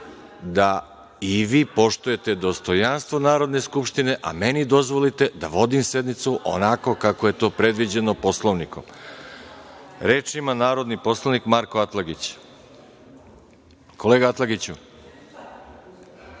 da i vi poštujete dostojanstvo Narodne skupštine, a meni dozvolite da vodim sednicu onako kako je to predviđeno Poslovnikom. Reč ima narodni poslanik Marko Atlagić. Izvolite.